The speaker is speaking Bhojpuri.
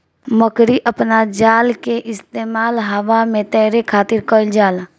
मकड़ी अपना जाल के इस्तेमाल हवा में तैरे खातिर कईल जाला